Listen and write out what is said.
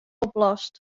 oplost